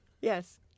Yes